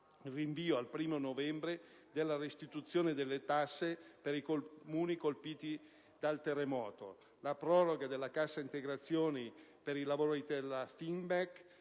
rinvio al 1° novembre della restituzione delle tasse per i Comuni colpiti dal terremoto, la proroga della cassa integrazione per i lavoratori della Finmek